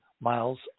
miles